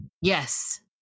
Yes